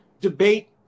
debate